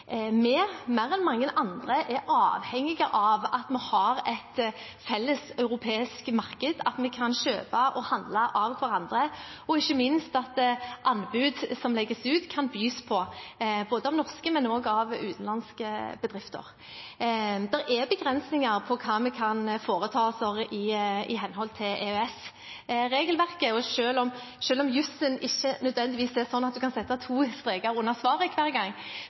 mer enn mange andre avhengige av at vi har et felles europeisk marked, at vi kan kjøpe og handle av hverandre, og ikke minst at anbud som legges ut, kan bys på av både norske og utenlandske bedrifter. Det er begrensninger på hva vi kan foreta oss i henhold til EØS-regelverket, og selv om jussen ikke nødvendigvis er sånn at man kan sette to streker under svaret hver gang,